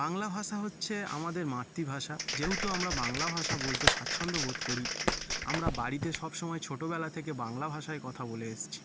বাংলা ভাষা হচ্ছে আমাদের মাতৃভাষা যেহেতু আমরা বাংলা ভাষা বলতে স্বাচ্ছন্দ্য বোধ করি আমরা বাড়িতে সব সময় ছোটবেলা থেকে বাংলা ভাষায় কথা বলে এসেছি